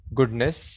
goodness